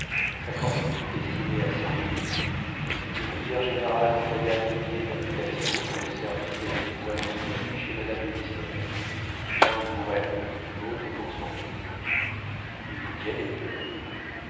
sa fortune fut estimée à cent mille écus le vicaire-général envoya deux billets d'invitation pour le service et le convoi de son amie chez madame de listomère l'un pour elle l'autre pour son neveu il faut y aller dit-elle